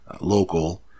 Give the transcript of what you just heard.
local